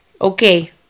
okay